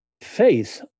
faith